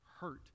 hurt